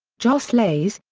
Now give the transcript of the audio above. jos leys,